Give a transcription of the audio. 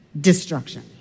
destruction